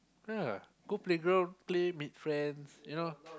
yeah go playground play meet friends you know